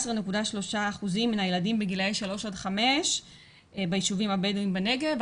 17.3% מן הילדים בגילאי 3 עד 5 ביישובים הבדואים בנגב,